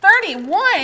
Thirty-one